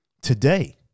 today